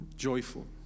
joyful